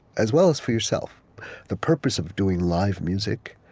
as well as for yourself the purpose of doing live music,